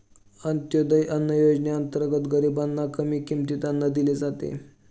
अंत्योदय अन्न योजनेअंतर्गत गरीबांना कमी किमतीत अन्न दिले जाते